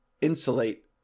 insulate